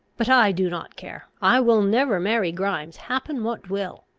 but i do not care. i will never marry grimes, happen what will.